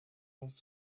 with